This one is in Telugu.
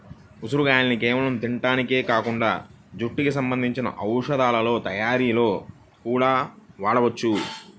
ఉసిరిగాయల్ని కేవలం తింటానికే కాకుండా జుట్టుకి సంబంధించిన ఔషధాల తయ్యారీలో గూడా వాడొచ్చు